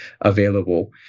available